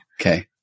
Okay